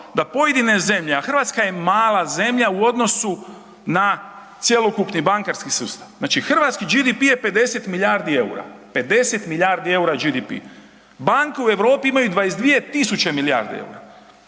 da pojedine zemlje, a Hrvatska je mala zemlja u odnosu na cjelokupni bankarski sustav. Znači hrvatski GDP je 50 milijardi eura, 50 milijardi eura GDP. Banke u Europi imaju 22 tisuće milijardi eura.